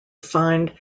find